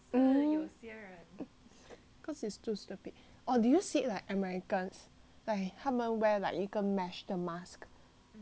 cause it's too stupid oh did you see like americans like 他们 wear like 一个 mesh 的 mask